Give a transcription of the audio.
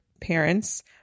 parents